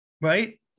right